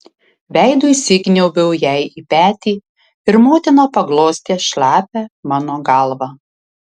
veidu įsikniaubiau jai į petį ir motina paglostė šlapią mano galvą